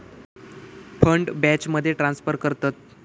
fund बॅचमध्ये transfer करतत